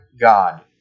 God